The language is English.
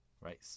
Right